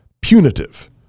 punitive